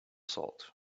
salt